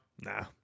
Nah